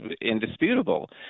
indisputable